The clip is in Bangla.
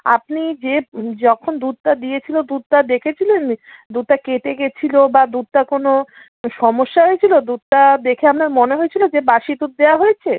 আপনি যে যখন দুধটা দিয়েছিলো দুধটা দেখেছিলেন দুধটা কেটে গেছিলো বা দুধটা কোনো সমস্যা হয়েছিলো দুধটা দেখে আপনার মনে হয়েছিলো যে বাসি দুধ দেওয়া হয়েছে